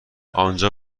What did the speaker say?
آنجا